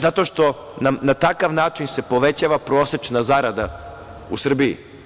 Zato što nam se na takav način povećava prosečna zarada u Srbiji.